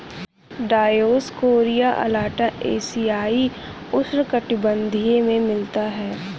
Dioscorea alata एशियाई उष्णकटिबंधीय में मिलता है